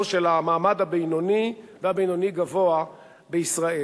של המעמד הבינוני והבינוני-גבוה בישראל,